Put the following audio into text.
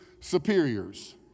superiors